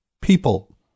people